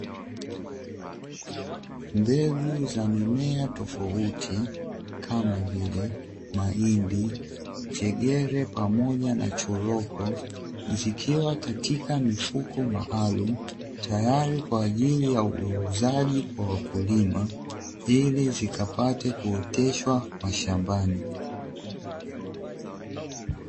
Mbegu za mimea tofauti kama vile; mahindi, njegere pamoja na chokoro zikiwa katika mifuko maalumu tayari kwa ajili ya uuzaji kwa wakulima, ili zikapate kuoteshwa mashambani.